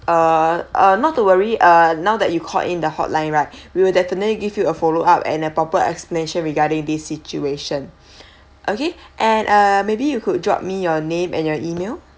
uh uh not to worry uh now that you called in the hotline right we will definitely give you a follow up and a proper explanation regarding this situation okay and uh maybe you could drop me your name and your email